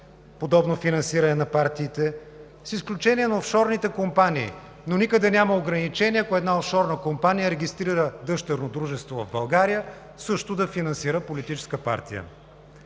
подобно финансиране на партиите, с изключение на офшорните компании, но никъде няма ограничение, ако една офшорна компания регистрира дъщерно дружество в България, също да финансира политическа партия